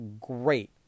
great